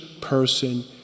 person